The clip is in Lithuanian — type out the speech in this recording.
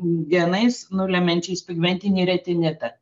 genais nulemiančiais pigmentinį retinitą